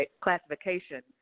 classification